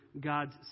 God's